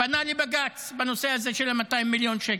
פנה לבג"ץ בנושא 200 מיליון שקל,